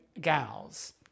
gals